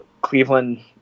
Cleveland